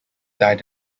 died